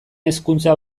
hezkuntza